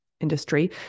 industry